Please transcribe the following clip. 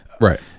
Right